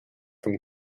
from